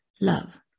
love